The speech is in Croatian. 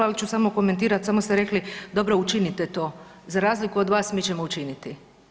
Al ću samo komentirat, samo ste rekli dobro učinite to, za razliku od vas mi ćemo učiniti.